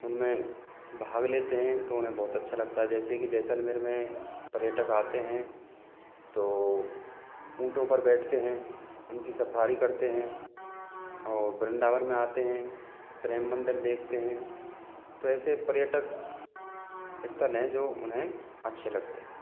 उनमें भाग लेते हैं तो उन्हें बहुत अच्छा लगता है जैसे कि जैसलमेर में पर्यटक आते हैं तो ऊंटों पर बैठते हैं उनकी सफारी करते हैं और वृंदावन में आते हैं प्रेम मंदिर देखते हैं तो ऐसे पर्यटक स्थल हैं जो उन्हें अच्छे लगते हैं